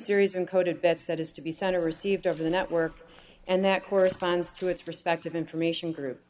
series in coded bets that is to be sent or received over the network and that corresponds to its respective information group